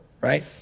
right